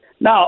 Now